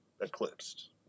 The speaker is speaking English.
eclipsed